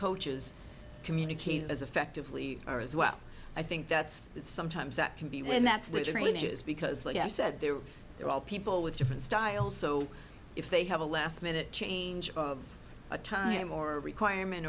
coaches communicate as effectively or as well i think that's sometimes that can be when that is because like i said there are people with different styles so if they have a last minute change of a time or requirement